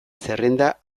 zerrenda